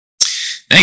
Thanks